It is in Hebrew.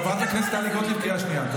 חברת הכנסת טלי גוטליב, קריאה שנייה.